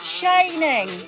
shining